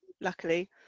luckily